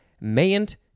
mayn't